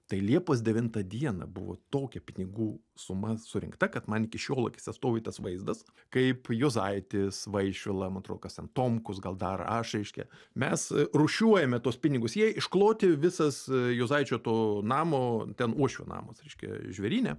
tai liepos devintą dieną buvo tokia pinigų suma surinkta kad man iki šiol akyse stovi tas vaizdas kaip juozaitis vaišvila man atro kas ten tomkus gal dar aš reiškia mes rūšiuojame tuos pinigus jie iškloti visas juozaičio to namo ten uošvio namas reiškia žvėryne